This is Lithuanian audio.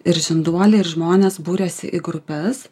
ir žinduoliai ir žmonės buriasi į grupes